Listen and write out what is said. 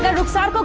but ruksaar!